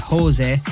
Jose